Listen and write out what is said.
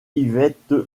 yvette